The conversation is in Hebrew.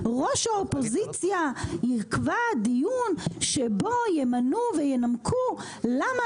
ראש האופוזיציה יקבע דיון שבו ימנו וינמקו למה